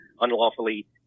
unlawfully